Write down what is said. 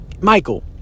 Michael